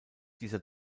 dieser